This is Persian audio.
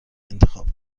انتخاب